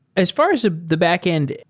as far as ah the backend,